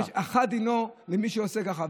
אחת דינו של מי שעושה ככה,